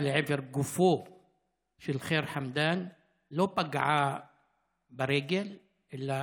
לעבר גופו של ח'יר חמדאן לא פגעה ברגל אלא